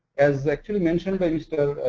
as actually mentioned by mr.